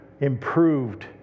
improved